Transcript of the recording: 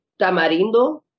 Tamarindo